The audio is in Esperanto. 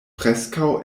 preskaŭ